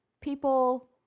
people